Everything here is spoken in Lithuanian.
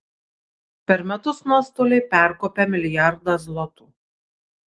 per metus nuostoliai perkopia milijardą zlotų